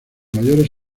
mayores